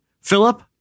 Philip